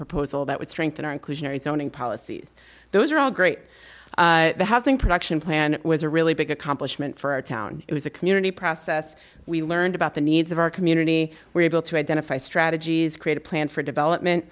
proposal that would strengthen our inclusionary zoning policies those are all great housing production plan was a really big accomplishment for our town it was a community process we learned about the needs of our community we're able to identify strategies create a plan for development